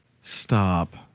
Stop